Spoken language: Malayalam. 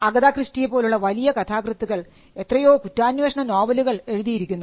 അഗതാ ക്രിസ്റ്റിയെ പോലുള്ള വലിയ കഥാകൃത്തുക്കൾ എത്രയോ കുറ്റാന്വേഷണ നോവലുകൾ എഴുതിയിരിക്കുന്നു